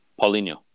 Paulinho